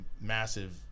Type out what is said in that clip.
massive –